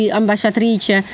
ambasciatrice